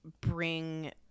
bring